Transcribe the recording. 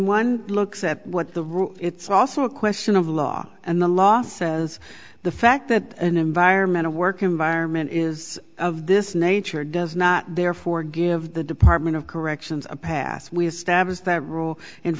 one looks at what the rule it's also a question of law and the law says the fact that an environmental work environment is of this nature does not therefore give the department of corrections a pass we establish that rule